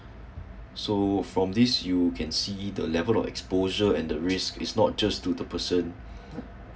so from this you can see the level of exposure and the risk is not just to the person